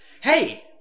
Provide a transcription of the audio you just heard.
Hey